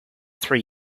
three